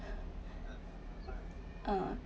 uh